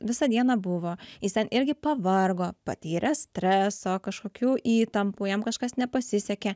visą dieną buvo jis ten irgi pavargo patyrė streso kažkokių įtampų jam kažkas nepasisekė